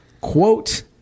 quote